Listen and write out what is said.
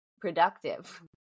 productive